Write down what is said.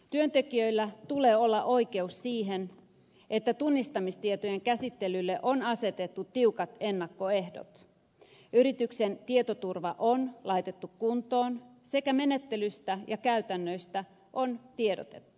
työntekijöillä tulee olla oikeus siihen että tunnistamistietojen käsittelylle on asetettu tiukat ennakkoehdot yrityksen tietoturva on laitettu kuntoon sekä menettelyistä ja käytännöistä on tiedotettu